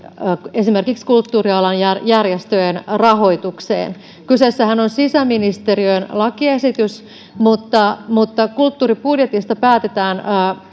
esimerkiksi kulttuurialan järjestöjen rahoitukseen kyseessähän on sisäministeriön lakiesitys mutta mutta kulttuuribudjetista päätetään